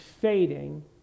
fading